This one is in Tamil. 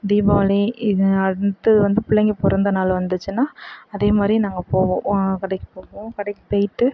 தீபாவளி இது அடுத்து வந்து பிள்ளைங்க பிறந்த நாள் வந்துச்சின்னால் அதே மாதிரி நாங்கள் போவோம் கடைக்குப் போவோம் கடைக்குப் போயிட்டு